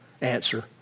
answer